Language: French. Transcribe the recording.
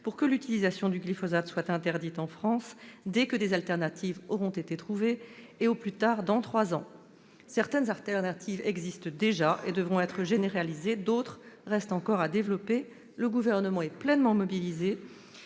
pour que l'utilisation du glyphosate soit interdite en France, dès que des alternatives auront été trouvées, et au plus tard dans trois ans. Certaines alternatives existent déjà et devront être généralisées. D'autres restent encore à développer. Le Gouvernement est pleinement mobilisé